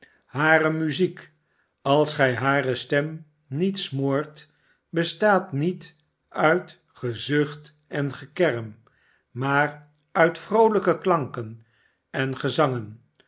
hare muziek als gij hare stem niet smoort bestaat niet uit gezucht en gekerm maar uit vroolijke klanken en gezangen